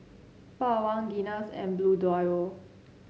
Bawang Guinness and Bluedio